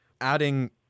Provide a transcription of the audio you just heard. adding